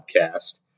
podcast